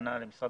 הכוונה למשרד